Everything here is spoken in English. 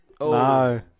No